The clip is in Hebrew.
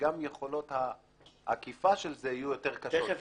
שגם יכולות העקיפה של זה יהיו יותר קשות?